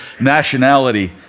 nationality